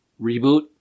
reboot